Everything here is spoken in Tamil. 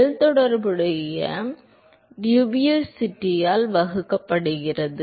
L தொடர்புடைய டிஃப்யூசிவிட்டியால் வகுக்கப்படுகிறது